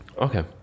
Okay